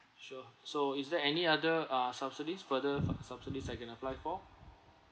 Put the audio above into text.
sure so is there any other ah subsidies further su~ subsidies I can apply for